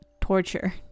torture